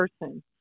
person